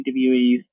interviewees